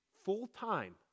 full-time